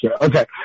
Okay